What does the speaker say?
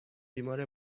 بیمار